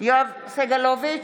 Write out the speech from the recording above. יואב סגלוביץ'